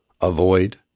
avoid